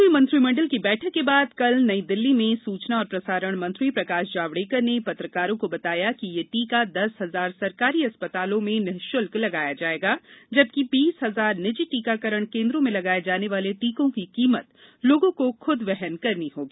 केन्द्रीय मंत्रिमंडल की बैठक के बाद आज नई दिल्ली में सूचना और प्रसारण मंत्री प्रकाश जावडेकर ने पत्रकारों को बताया कि यह टीका दस हजार सरकारी अस्पतालों में निःशुल्क लगाया जायेगा जबकि बीस हजार निजी टीकाकरण केन्द्रों में लगाये जाने वाले टीकों की कीमत लोगों को खुद वहन करनी होगी